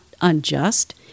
unjust